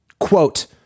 Quote